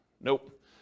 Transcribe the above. nope